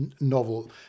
novel